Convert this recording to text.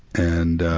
and ah,